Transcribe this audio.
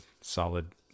solid